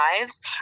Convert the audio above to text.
lives